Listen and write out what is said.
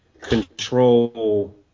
control